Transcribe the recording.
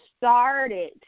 started